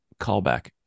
callback